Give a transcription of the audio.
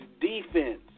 defense